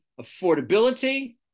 affordability